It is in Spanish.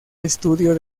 estudio